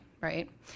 right